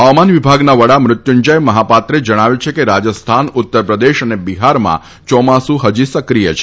હવામાન વિભાગના વડા મૃત્યુંજય મહાપાત્રે જણાવ્યું છે કે રાજસ્થાન ઉત્તરપ્રદેશ તથા બિહારમાં ચોમાસુ હજી સક્રિય છે